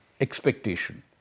expectation